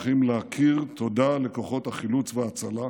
אני רוצה להוסיף שכולנו צריכים להכיר תודה לכוחות החילוץ וההצלה.